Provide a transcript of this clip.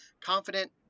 confident